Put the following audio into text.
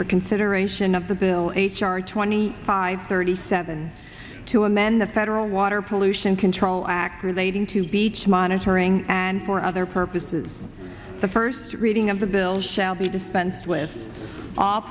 for consideration of the bill h r twenty five thirty seven to amend the federal water pollution control act relating to beach monitoring and for other purposes the first reading of the bill shall be dispensed with all